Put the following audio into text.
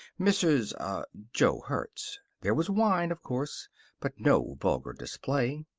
mrs er jo hertz. there was wine, of course but no vulgar display.